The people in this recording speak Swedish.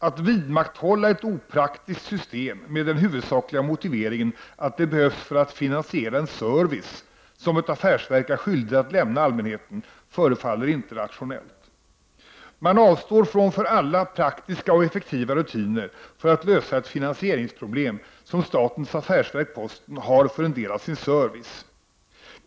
Att vidmakthålla ett opraktiskt system med den huvudsakliga motiveringen att det behövs för att finansiera en service som ett affärsverk är skyldigt att lämna allmänheten förefaller inte rationellt. Man avstår från alla praktiska och effektiva rutiner för att lösa ett finansieringsproblem, som statens affärsverk posten har för en del av sin service.